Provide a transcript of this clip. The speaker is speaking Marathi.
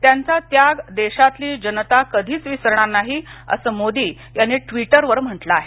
त्यांचा त्याग देशातली जनता कधीच विसरणार नाही असं मोदी यांनी ट्विटरवर म्हटलं आहे